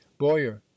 boyer